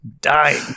dying